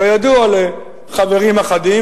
כידוע לחברים אחדים,